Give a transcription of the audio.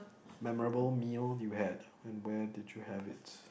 memorable meal you had and where did you have it